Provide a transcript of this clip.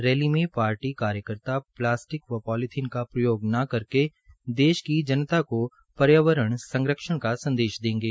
rally में party कार्यकर्ता plastic व पोलीथीन का प्रयोग न करके देश की जनता को पर्यावरण संरक्षण का संदेश देंगे